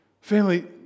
family